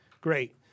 great